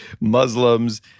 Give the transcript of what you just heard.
Muslims